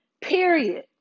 Period